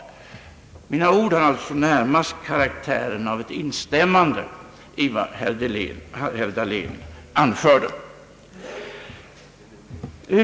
Mina ord har alltså närmast karaktären av ett instämmande i vad herr Dahlén anförde.